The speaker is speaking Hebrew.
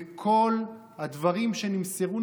וכל הדברים שנמסרו,